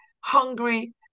hungry